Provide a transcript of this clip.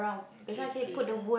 okay three